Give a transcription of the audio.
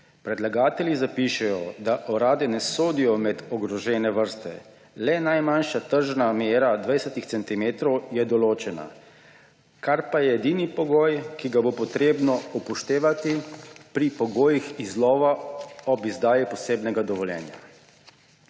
Predlagatelji zapišejo, da orade ne sodijo med ogrožene vrste, le najmanjša tržna mera 20 centimetrov je določena, kar pa je edini pogoj, ki ga bo treba upoštevati pri pogojih izlova ob izdaji posebnega dovoljenja.